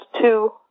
two